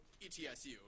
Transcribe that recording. ETSU